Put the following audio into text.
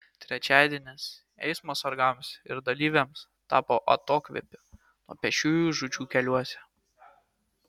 trečiadienis eismo sargams ir dalyviams tapo atokvėpiu nuo pėsčiųjų žūčių keliuose